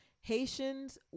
Haitians